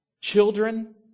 Children